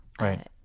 Right